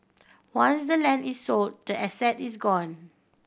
once the land is sold the asset is gone